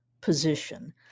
position